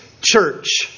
church